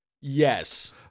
yes